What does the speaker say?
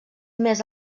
més